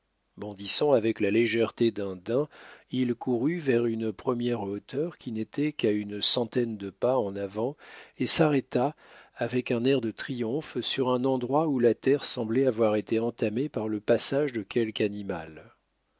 bondissant avec la légèreté d'un daim il courut vers une petite hauteur qui n'était qu'à une centaine de pas en avant et s'arrêta avec un air de triomphe sur un endroit où la terre semblait avoir été entamée par le passage de quelque animal